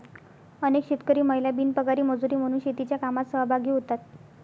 अनेक शेतकरी महिला बिनपगारी मजुरी म्हणून शेतीच्या कामात सहभागी होतात